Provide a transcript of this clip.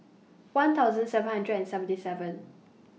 one thousand seven hundred and seventy seven